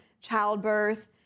childbirth